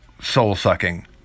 soul-sucking